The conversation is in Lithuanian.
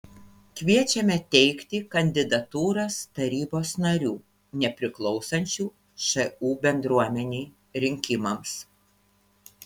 kviečiame teikti kandidatūras tarybos narių nepriklausančių šu bendruomenei rinkimams